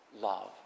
love